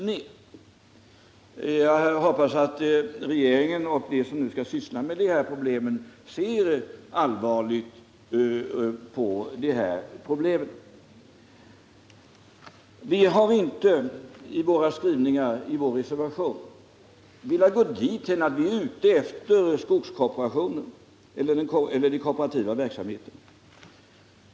Jag hoppas att regeringen och de som nu skall syssla med dessa ting ser allvarligt på det här problemet. Vi har med vår reservation i detta avseende inte velat komma åt den skogskooperativa rörelsen.